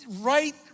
right